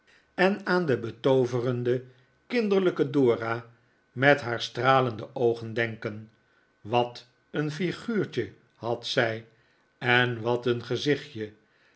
en aan de betooverende kinderlijke dora met haar stralende oogen denken wat een figuurtje had zij en wat een gezichtje